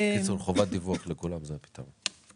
חובת דיווח לכולם, זה הפתרון.